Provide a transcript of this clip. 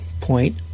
point